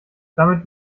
damit